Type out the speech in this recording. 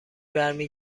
برمی